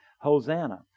Hosanna